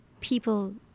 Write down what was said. people